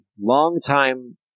long-time